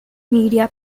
media